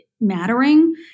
mattering